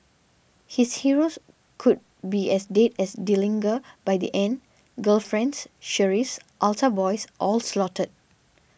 his heroes could be as dead as Dillinger by the end girlfriends sheriffs altar boys all slaughtered